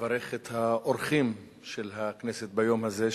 לברך את האורחים של הכנסת ביום הזה,